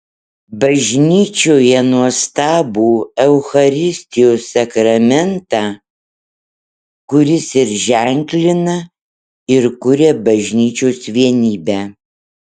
bažnyčioje nuostabų eucharistijos sakramentą kuris ir ženklina ir kuria bažnyčios vienybę